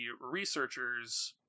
researchers